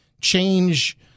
change